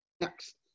next